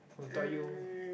who taught you